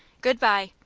good-bye!